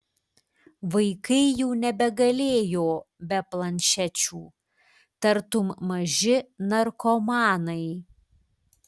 vaikai jau nebegalėjo be planšečių tartum maži narkomanai